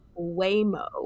Waymo